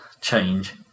change